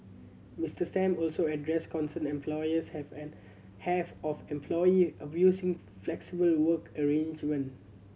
Mister Sam also addressed concern employers have an have of employee abusing flexible work arrangement